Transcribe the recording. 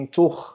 toch